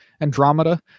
andromeda